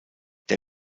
der